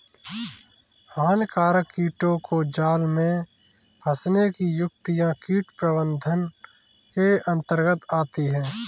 हानिकारक कीटों को जाल में फंसने की युक्तियां कीट प्रबंधन के अंतर्गत आती है